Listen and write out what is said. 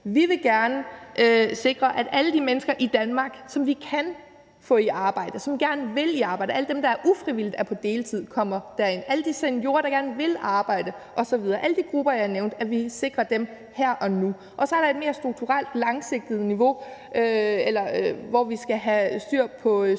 vi her og nu sikrer job til alle de mennesker i Danmark, som vi kan få i arbejde, og som gerne vil i arbejde, alle dem, der ufrivilligt er på deltid, alle de seniorer, der gerne vil arbejde osv., alle de grupper, jeg nævnte. Og så er der et mere strukturelt, langsigtet niveau, hvor vi skal have styr på